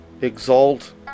exalt